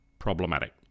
problematic